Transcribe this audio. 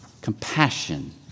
Compassion